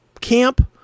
camp